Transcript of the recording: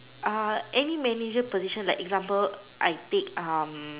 any manager position like example I take